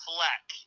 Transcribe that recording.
Fleck